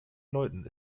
leuten